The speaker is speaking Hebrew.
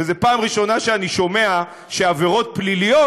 וזאת פעם ראשונה שאני שומע שעבירות פליליות,